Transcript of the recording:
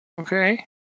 Okay